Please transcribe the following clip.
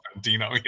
Dino